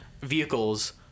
vehicles